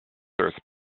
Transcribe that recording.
serves